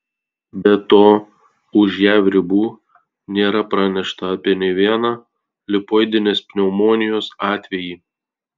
be to už jav ribų nėra pranešta apie nė vieną lipoidinės pneumonijos atvejį